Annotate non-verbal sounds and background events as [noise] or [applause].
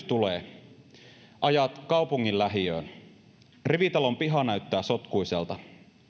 [unintelligible] tulee ajat kaupungin lähiöön rivitalon piha näyttää sotkuiselta